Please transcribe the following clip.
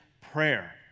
prayer